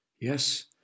Yes